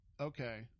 Okay